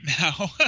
now